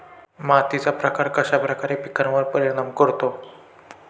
मातीचा प्रकार कश्याप्रकारे पिकांवर परिणाम करतो?